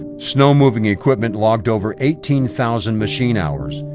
snow-moving equipment logged over eighteen thousand machine hours,